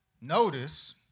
notice